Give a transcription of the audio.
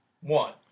one